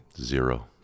Zero